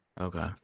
Okay